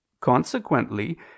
consequently